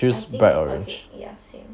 I think okay ya same